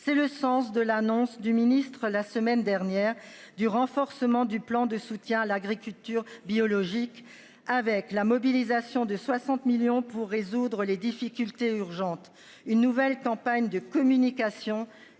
C'est le sens de l'annonce du ministre-la semaine dernière du renforcement du plan de soutien à l'agriculture biologique avec la mobilisation de 60 millions pour résoudre les difficultés urgente une nouvelle campagne de communication